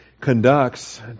conducts